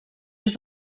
des